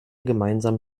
gemeinsam